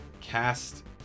Cast